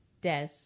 Des